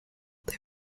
they